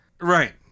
Right